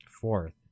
Fourth